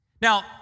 Now